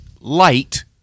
light